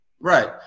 Right